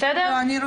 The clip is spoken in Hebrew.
בסדר?